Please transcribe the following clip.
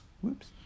Whoops